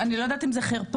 אני לא יודעת אם זאת חרפה,